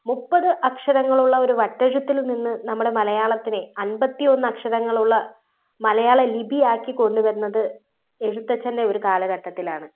മുപ്പത് അക്ഷരങ്ങൾ ഉള്ള ഒരു വട്ടെഴുത്തിൽ നിന്ന് നമ്മുടെ മലയാളത്തിനെ അൻപത്തി ഒന്ന് അക്ഷരങ്ങളുള്ള മലയാള ലിപിയാക്കി കൊണ്ടുവരുന്നത് എഴുത്തച്ഛൻ്റെ ഒരു കാലഘട്ടത്തിലാണ്